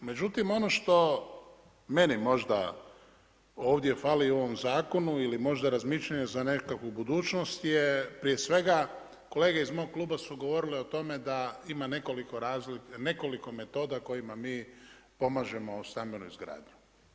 Međutim, ono što meni možda ovdje fali u ovom zakonu ili možda razmišljanje za nekakav u budućnosti je prije svega kolege iz mog kluba su govorile o tome da ima nekoliko metoda kojima mi pomažemo stambenu izgradnju.